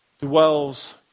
dwells